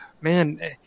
man